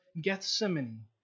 Gethsemane